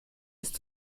ist